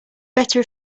better